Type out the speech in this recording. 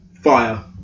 fire